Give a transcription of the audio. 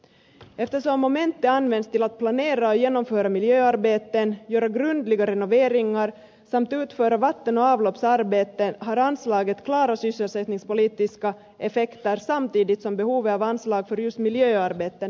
eftersom momentet används till att planera och genomföra miljöarbeten göra grundliga renoveringar samt utföra vatten och avloppsarbeten har anslaget klara sysselsättningspolitiska effekter samtidigt som behovet av anslag för just miljöarbeten är mycket stort